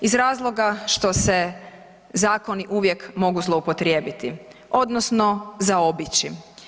Iz razloga što se zakoni uvijek mogu zloupotrijebiti odnosno zaobići.